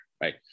right